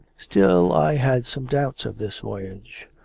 still i had some doubts of this voyage.